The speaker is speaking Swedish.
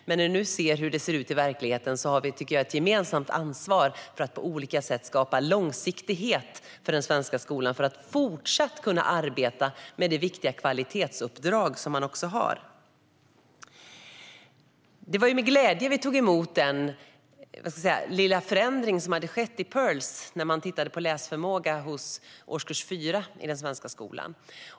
Men när vi nu ser hur det ser ut i verkligheten tycker jag att vi har ett gemensamt ansvar för att på olika sätt skapa långsiktighet för den svenska skolan så att den även fortsättningsvis ska kunna arbeta med det viktiga kvalitetsuppdrag som den har. Det var med glädje vi tog emot den lilla förändring som hade skett i Pirls när man tittade på läsförmågan hos eleverna i årskurs 4 i den svenska skolan.